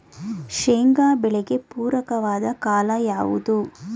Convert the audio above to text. ಶೇಂಗಾ ಬೆಳೆಗೆ ಪೂರಕವಾದ ಕಾಲ ಯಾವುದು?